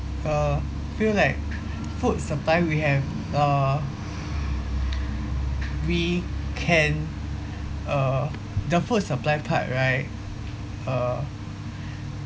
uh feel like food supply we have uh we can uh the food supply part right uh